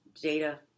data